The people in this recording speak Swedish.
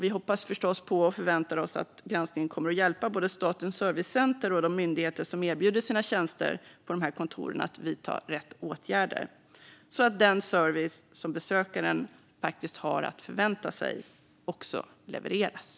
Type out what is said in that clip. Vi hoppas förstås och förväntar oss att granskningen kommer att hjälpa både Statens servicecenter och de myndigheter som erbjuder sina tjänster på de här kontoren att vidta rätt åtgärder så att den service som besökaren faktiskt har att förvänta sig också levereras.